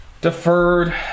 Deferred